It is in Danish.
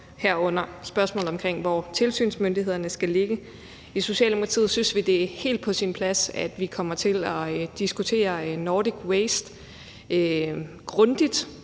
herunder spørgsmålet om, hvor tilsynsmyndighederne skal ligge. I Socialdemokratiet synes vi, det er helt på sin plads, at vi kommer til at diskutere Nordic Waste grundigt